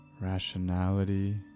rationality